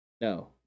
No